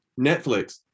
Netflix